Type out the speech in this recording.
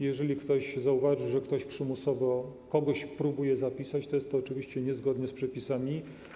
Jeżeli ktoś zauważy, że ktoś przymusowo kogoś próbuje zapisać, to jest to oczywiście niezgodne z przepisami.